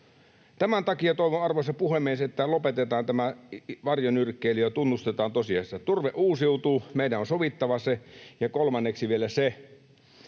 Tämän takia toivon, arvoisa puhemies, että lopetetaan tämä varjonyrkkeily ja tunnustetaan tosiasiat. Turve uusiutuu, meidän on sovittava se. Ja kolmanneksi vielä se,